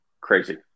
Crazy